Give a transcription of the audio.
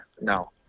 no